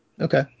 Okay